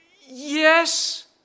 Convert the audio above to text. yes